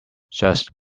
just